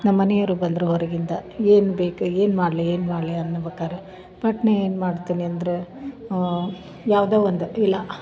ನಮ್ಮ ಮನಿಯವರು ಬಂದರು ಹೊರಗಿಂದ ಏನ್ಬೇಕು ಏನು ಮಾಡಲಿ ಏನು ಮಾಡಲಿ ಅನ್ಬೇಕಾರೆ ಪಟ್ನೆ ಏನ್ಮಾಡ್ತೀನಿ ಅಂದರೆ ಯಾವುದೋ ಒಂದು ಇಲ್ಲ